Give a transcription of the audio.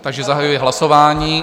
Takže zahajuji hlasování.